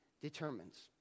determines